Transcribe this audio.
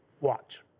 Watch